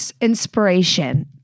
inspiration